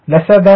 00238501